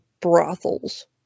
brothels